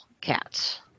cats